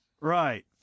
Right